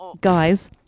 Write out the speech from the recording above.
Guys